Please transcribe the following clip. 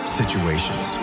situations